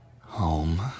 Home